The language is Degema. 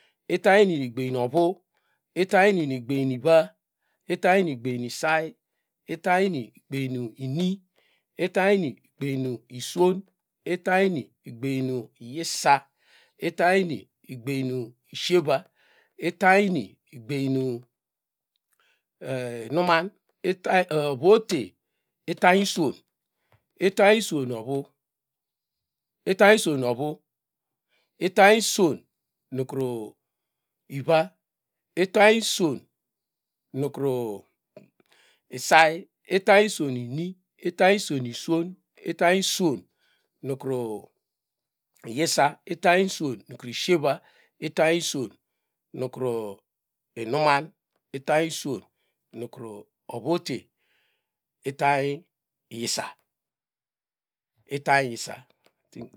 Itany ini nu egbem no ovu itany ini nu egbem nu iva itany ini egben isay itany ini egbem nu ini itany ini nu egben swon itany ini egbam nu iyisa itany ini egbem nu ishiera itany ini egbenu inuman ita ovu ote itany iswon itany iswon nu ovu itany iswon nu ova itany iswon nukru iva itay uswon nukru isay itany iswon nu ini itany isuon nu iswon itany iswon nukron iyisa itany iswon nukru ishier itary iswon nukru inu man itany iswon nukru ovu ote itany yisa itan yisa.